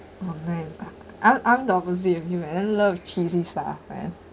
oh man I'm I'm the opposite of you man I love cheese these type man